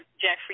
Jeffrey